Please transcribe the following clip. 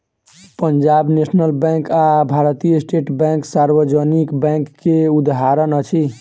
Punjab National Bank आ भारतीय State Bank सार्वजनिक बैंक के उदाहरण अछि